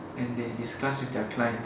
and they discuss with their clients